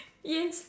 yes